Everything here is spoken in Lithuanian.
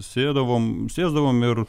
sėdavom sėsdavom